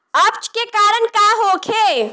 अपच के कारण का होखे?